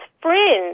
friends